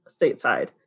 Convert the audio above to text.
stateside